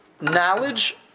Knowledge